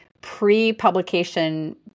pre-publication